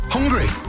Hungry